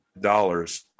dollars